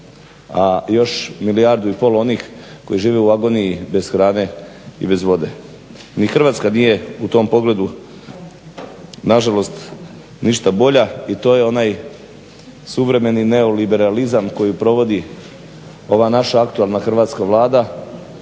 a još milijardu i pol onih koji žive u agoniji bez hrane i vode. Ni Hrvatska nije u tom pogledu nažalost ništa bolja i to je onaj suvremeni neoliberalizam koji provodi naša aktualna hrvatska Vlada